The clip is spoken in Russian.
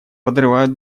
подрывают